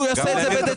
הוא יעשה את זה בדצמבר.